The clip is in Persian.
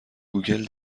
گوگل